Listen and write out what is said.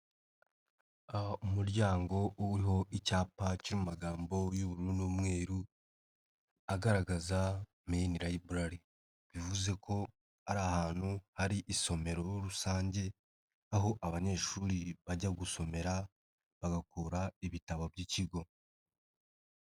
Aha umuryango uriho icyapa cyiri mu magambo y'ubururu n'umweru, agaragaza main library, bivuze ko ari ahantu hari isomero rusange, aho abanyeshuri bajya gusomera, bagakura ibitabo by'ikigo.